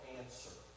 answer